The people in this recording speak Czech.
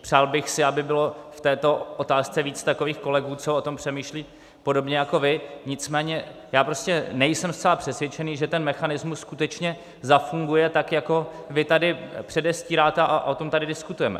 Přál bych si, aby bylo v této otázce víc takových kolegů, co o tom přemýšlejí podobně jako vy, nicméně já prostě nejsem zcela přesvědčen, že ten mechanismus skutečně zafunguje, tak jako vy tady předestíráte, a tom tady diskutujeme.